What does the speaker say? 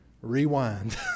rewind